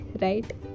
right